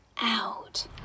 out